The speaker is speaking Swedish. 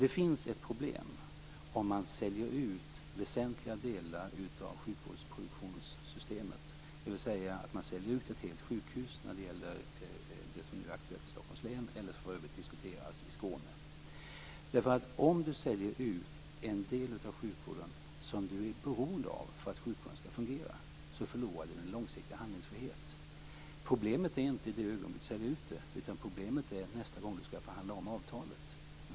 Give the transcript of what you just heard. Det finns ett problem om man säljer ut väsentliga delar av systemet för sjukvårdsproduktion, dvs. att man säljer ut ett helt sjukhus när det gäller det som är aktuellt i Stockholms län eller för övrigt diskuteras i Om du säljer ut en del av sjukvården som du är beroende av för att sjukvården skall fungera förlorar du din långsiktiga handlingsfrihet. Problemet är inte i det ögonblick du säljer ut det, utan problemet är nästa gång du skall förhandla om avtalet.